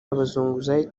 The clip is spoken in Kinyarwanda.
abazunguzayi